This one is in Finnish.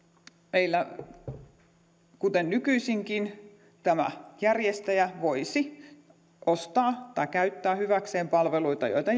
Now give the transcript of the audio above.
meillä kuten nykyisinkin tämä järjestäjä voisi ostaa tai käyttää hyväkseen palveluita joita